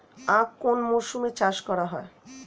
আখ কোন মরশুমে চাষ করা হয়?